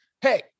hey